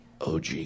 OG